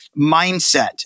mindset